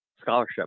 Scholarship